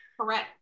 correct